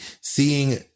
seeing